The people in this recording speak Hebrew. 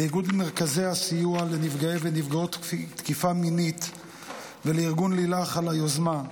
לאיגוד מרכזי הסיוע לנפגעי ונפגעות תקיפה מינית ולארגון לילך על היוזמה,